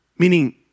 Meaning